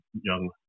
young